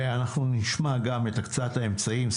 אנחנו נשמע גם על הקצאת האמצעים,